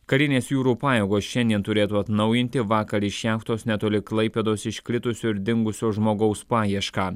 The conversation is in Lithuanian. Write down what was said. karinės jūrų pajėgos šiandien turėtų atnaujinti vakar iš jachtos netoli klaipėdos iškritusio ir dingusio žmogaus paiešką